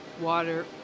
water